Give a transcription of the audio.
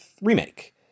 remake